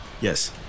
Yes